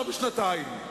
וחוץ מזה, אין כלום?